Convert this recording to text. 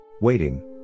Waiting